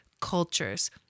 cultures